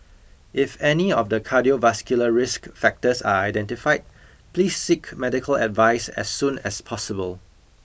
if any of the cardiovascular risk factors are identified please seek medical advice as soon as possible